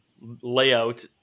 layout